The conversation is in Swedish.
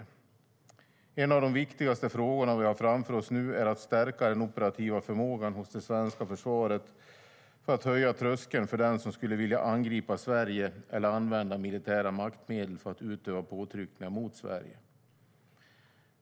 En av de viktigaste frågorna vi har framför oss nu är att stärka den operativa förmågan hos det svenska försvaret för att höja tröskeln för den som skulle vilja angripa Sverige eller använda militära maktmedel för att utöva påtryckningar mot Sverige.